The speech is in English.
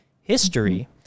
history